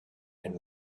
and